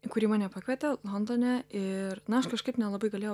į kurį mane pakvietė londone ir na aš kažkaip nelabai galėjau